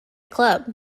club